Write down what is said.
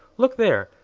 look there!